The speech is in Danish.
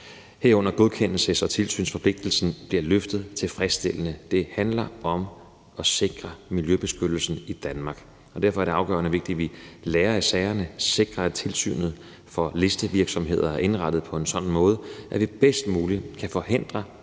herunder godkendelse og tilsynsforpligtelsen bliver løftet tilfredsstillende. Det handler om at sikre miljøbeskyttelsen i Danmark, og derfor er det afgørende vigtigt, at vi lærer af sagerne og sikrer, at tilsynet for listevirksomheder er indrettet på en sådan måde, at vi bedst muligt kan forhindre